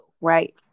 Right